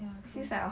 ya true